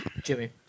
Jimmy